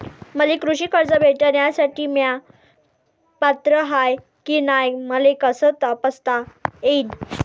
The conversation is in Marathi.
मले कृषी कर्ज भेटन यासाठी म्या पात्र हाय की नाय मले कस तपासता येईन?